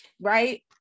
right